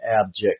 abject